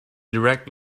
direct